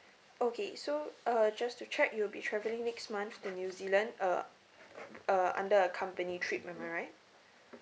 okay so uh just to check you'll be travelling next month to new zealand uh uh under a company trip am I right